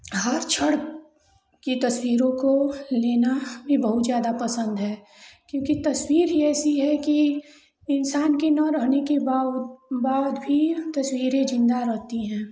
हाथ छोड़ की तस्वीरों को लेना भी बहुत ज़्यादा पसन्द है क्योंकि तस्वीर ही ऐसी है कि इंसान के न रहने के बाव बाद भी तस्वीरें जिन्दा रहती हैं